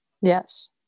Yes